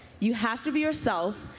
you have to be yourself.